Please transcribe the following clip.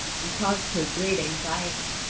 and caused her great anxiety.